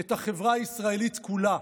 את החברה הישראלית כולה.